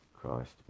Christ